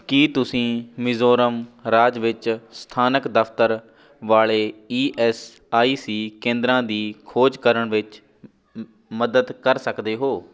ਕੀ ਤੁਸੀਂ ਮਿਜ਼ੋਰਮ ਰਾਜ ਵਿੱਚ ਸਥਾਨਕ ਦਫਤਰ ਵਾਲੇ ਈ ਐੱਸ ਆਈ ਸੀ ਕੇਂਦਰਾਂ ਦੀ ਖੋਜ ਕਰਨ ਵਿੱਚ ਮਦਦ ਕਰ ਸਕਦੇ ਹੋ